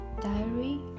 diary